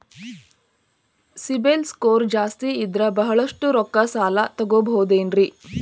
CIBIL score ಜಾಸ್ತಿ ಇದ್ರ ಬಹಳಷ್ಟು ರೊಕ್ಕ ಸಾಲ ತಗೋಬಹುದು ಏನ್ರಿ?